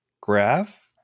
graph